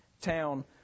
town